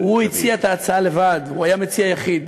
הוא הציע את ההצעה לבד, הוא היה מציע יחיד,